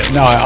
no